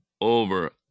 over